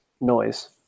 noise